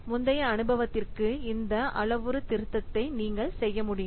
முந்தைய அனுபவத்திற்கு இந்த அளவுத்திருத்தத்தை நீங்கள் செய்ய முடியும்